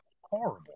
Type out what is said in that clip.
horrible